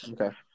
Okay